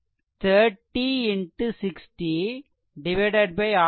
resistance என்ன